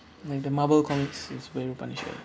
like the Marvel comics is where the punisher